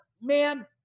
man